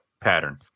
pattern